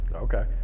Okay